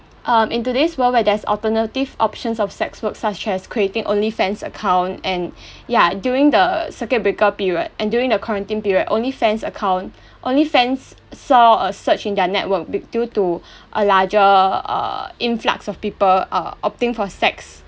um in today's world where there's alternative options of sex work such as creating OnlyFans account and ya during the circuit breaker period and during the quarantine period OnlyFans account OnlyFans saw a surge in their network be~ due to a larger uh influx of people uh opting for sex